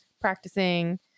practicing